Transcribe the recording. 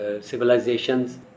civilizations